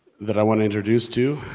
that i want to introduce to